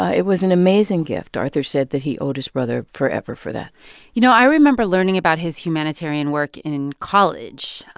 it was an amazing gift. arthur said that he owed his brother forever for that you know, i remember learning about his humanitarian work in in college,